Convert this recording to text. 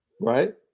Right